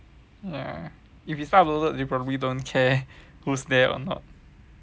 ya if it's uploaded they probably don't care who's there or not